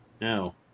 No